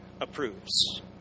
approves